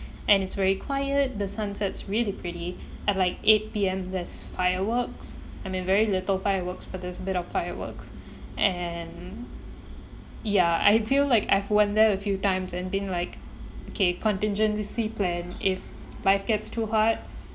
and it's very quiet the sunset's really pretty at like eight P_M there's fireworks I mean very little fireworks but there's a bit of fireworks and ya I feel like I've went there a few times and been like okay contingency plan if life gets too hard